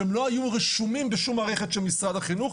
שהם לא היו רשומים בשום מערכת של משרד החינוך,